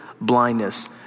blindness